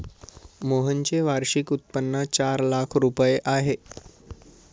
मोहनचे वार्षिक उत्पन्न चार लाख रुपये आहे